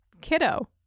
kiddo